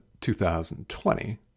2020